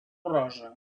rosa